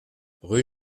rue